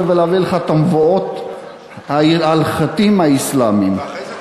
ולהביא לך את המובאות ההלכתיות האסלאמיות,